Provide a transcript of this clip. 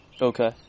Okay